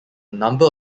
number